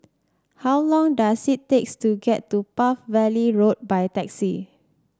how long does it takes to get to Palm Valley Road by taxi